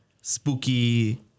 spooky